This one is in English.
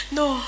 no